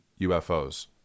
UFOs